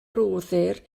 rhoddir